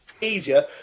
easier